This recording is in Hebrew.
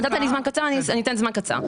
נתת לי זמן קצר, אני אתן זמן קצר.